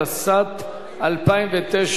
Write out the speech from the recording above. התשס"ט 2009,